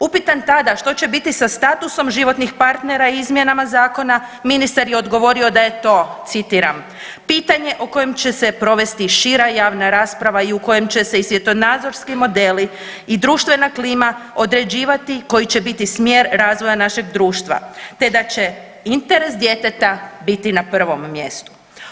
Upita tada što će biti sa statusom životnih partnera izmjenama zakona ministar je odgovorio da je to citiram, pitanje o kojem će se provesti šira javna rasprava i u kojem će se i svjetonazorski modeli i društvena klima određivati koji će biti smjer razvoja našeg društva te da će interes djeteta biti na prvom mjestu.